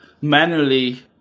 manually